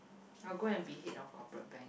I'll go and be head of corporate bank